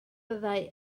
fyddai